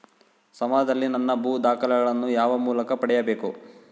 ಸಮಾಜದಲ್ಲಿ ನನ್ನ ಭೂ ದಾಖಲೆಗಳನ್ನು ಯಾವ ಮೂಲಕ ಪಡೆಯಬೇಕು?